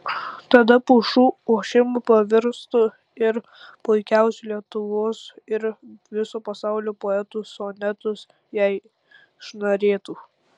tada pušų ošimu pavirstų ir puikiausių lietuvos ir viso pasaulio poetų sonetus jai šnarėtų